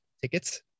tickets